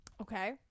Okay